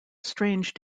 strange